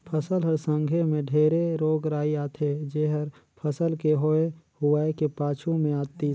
फसल हर संघे मे ढेरे रोग राई आथे जेहर फसल के होए हुवाए के पाछू मे आतिस